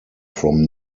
from